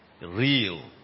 Real